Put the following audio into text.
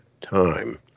time